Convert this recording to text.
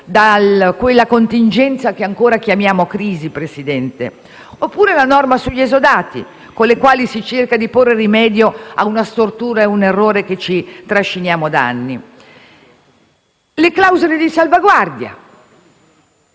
da quella contingenza che ancora chiamiamo crisi, Presidente. Oppure la norma sugli esodati, con la quale si cerca di porre rimedio ad una stortura, un errore che ci trasciniamo da anni. Si interviene le clausole di salvaguardia